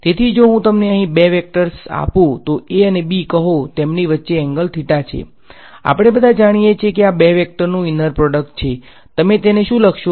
તેથી જો હું તમને અહીં બે વેક્ટર્સ આપું તો a અને b કહો તેમની વચ્ચે એંગલ થીટા છે આપણે બધા જાણીએ છીએ કે આ બે વેક્ટરનું ઈનર પ્રોડક્ટ છે તમે તેને શું લખશો